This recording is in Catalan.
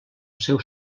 seu